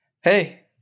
Hey